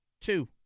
Two